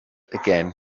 again